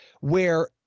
where-